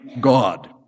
God